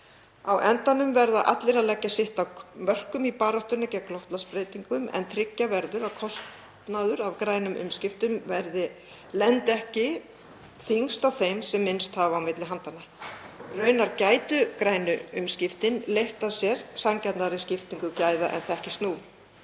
Á endanum verða allir að leggja sitt af mörkum í baráttunni gegn loftslagsbreytingum en tryggja verður að kostnaður af grænum umskiptum lendi ekki þyngst á þeim sem minnst hafa á milli handanna. Raunar gætu grænu umskiptin leitt af sér sanngjarnari skiptingu gæða en þekkist nú.